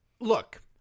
Look